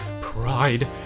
pride